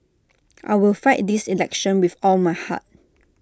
I will fight this election with all my heart